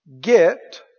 Get